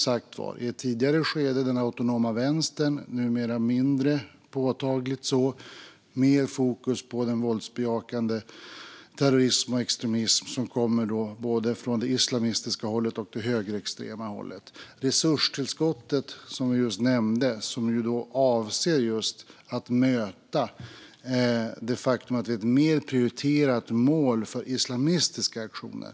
I ett tidigare skede var det den autonoma vänstern, men det är numera mindre påtagligt så och mer fokus på den våldsbejakande terrorismen och extremismen som kommer både från det islamistiska hållet och från det högerextrema hållet. Resurstillskottet, som vi nyss nämnde, avser just att möta det faktum att vi är ett mer prioriterat mål för islamistiska aktioner.